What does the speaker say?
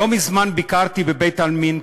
לא מזמן ביקרתי בבית-העלמין כינרת.